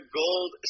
gold